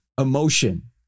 emotion